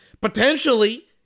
potentially